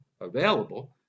available